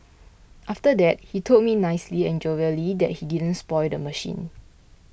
after that he told me nicely and jovially that he didn't spoil the machine